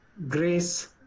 grace